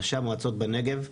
ראשי המועצות בנגב,